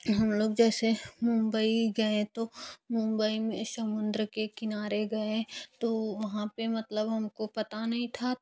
हम लोग जैसे मुंबई गए तो मुंबई में समुद्र के किनारे गए तो वहाँ पे हमको मतलब हमको पता नहीं था